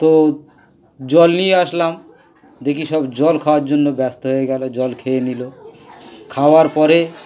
তো জল নিয়ে আসলাম দেখি সব জল খাওয়ার জন্য ব্যস্ত হয়ে গেল জল খেয়ে নিল খাওয়ার পরে